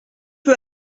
peu